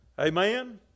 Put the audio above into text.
Amen